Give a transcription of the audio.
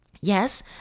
Yes